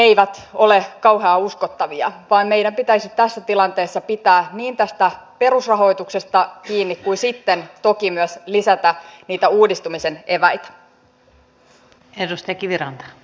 pääministeri juha sipilä sen sijaan on ilmoittanut että hallitus pitää edelleen oven raollaan työmarkkinajärjestöille jos he tuovat paketin joka täyttää nämä tavoitteet jotka nyt on pakko tehdä